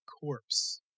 corpse